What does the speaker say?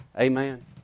Amen